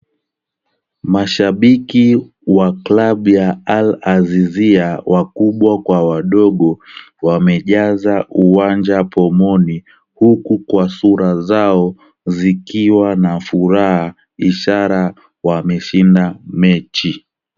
Mashabiki wa klabu ya Al-azizia wakubwa kwa wadogo wamejaza uwanja pomoni huku kwa sura zao zikiwa na furaha ishara wameshinda mechi.